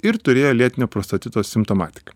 ir turėjo lėtinio prostatito simptomatiką